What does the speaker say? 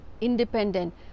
independent